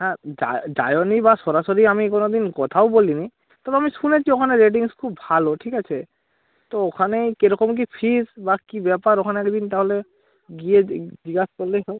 হ্যাঁ যাইওনি বা সরাসরি আমি কোনো দিন কথাও বলিনি তবে আমি শুনেছি ওখানে রেটিংস খুব ভালো ঠিক আছে তো ওখানে কীরকম কী ফিজ বা কী ব্যাপার ওখানে এক দিন তাহলে গিয়ে জিজ্ঞাসা করলেই হয়